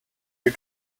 you